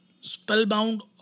spellbound